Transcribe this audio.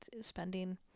spending